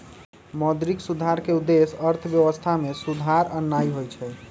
मौद्रिक सुधार के उद्देश्य अर्थव्यवस्था में सुधार आनन्नाइ होइ छइ